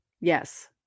yes